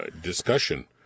discussion